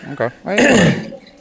Okay